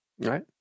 Right